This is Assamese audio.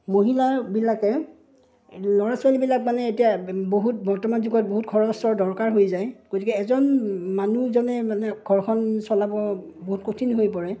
মহিলাবিলাকে ল'ৰা ছোৱালীবিলাক মানে এতিয়া বহুত বৰ্তমান যুগত বহুত খৰচৰ দৰকাৰ হৈ যায় গতিকে এজন মানুহজনে মানে ঘৰখন চলাব বহুত কঠিন হৈ পৰে